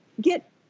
get